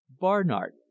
Barnard